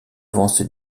avancé